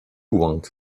want